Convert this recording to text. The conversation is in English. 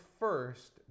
first